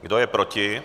Kdo je proti?